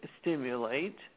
stimulate